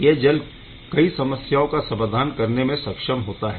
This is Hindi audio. यह जल कई समस्याओं का समाधान करने में सक्षम होता है